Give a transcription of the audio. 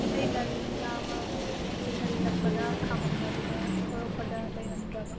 ꯑꯩ ꯒꯥꯔꯤ ꯃꯆ ꯑꯃ ꯇ꯭ꯋꯤꯁꯟ ꯆꯠꯄꯗ ꯈꯝꯃꯝꯕꯗꯨꯗ ꯊꯣꯔꯛꯄꯗ ꯂꯩꯔꯝꯗ꯭ꯔꯕ